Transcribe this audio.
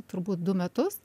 turbūt du metus